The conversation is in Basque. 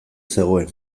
zegoen